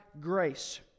grace